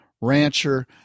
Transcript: rancher